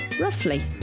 roughly